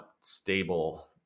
stable